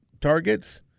targets